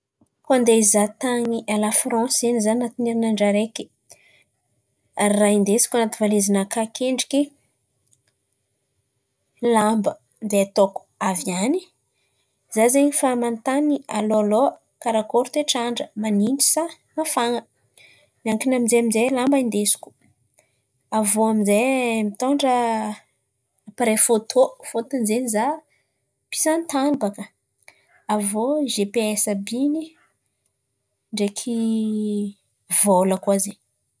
Kôa andeha hizàha tany lafrantsy zen̈y izaho an̈atin'ny herinandra araiky, ràha hindesiko an̈aty valizinakà akendriky lamba andeha ataoko avy an̈y. Izaho zen̈y efa man̈otany alohaloha karakôry toetr'andra manintsy sa mafan̈a, miankin̈y amin'izay amin'zay lamba indesiko. Avy iô amin'izay apareily fôtô fôtony zen̈y izaho mpizaha-tany bàka. Avy iô GPS àby in̈y ndraiky vôla koà zen̈y.